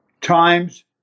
times